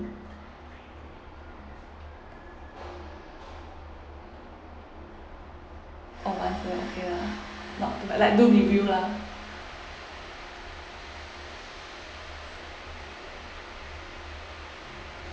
orh once awhile okay lah not like do review lah